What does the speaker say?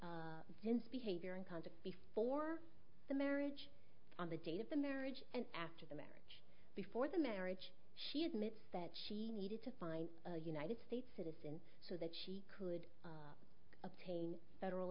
since behavior in concert before the marriage on the date of the marriage and after the marriage before the marriage she admits that she needed to find a united states citizen so that she could obtain federal